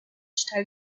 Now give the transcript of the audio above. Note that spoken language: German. teil